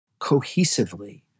cohesively